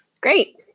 Great